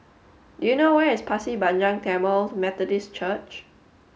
do you know where is Pasir Panjang Tamil Methodist Church